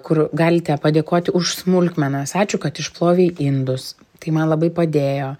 kur galite padėkoti už smulkmenas ačiū kad išplovei indus tai man labai padėjo